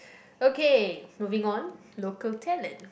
okay moving on local talent